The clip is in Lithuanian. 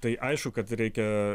tai aišku kad reikia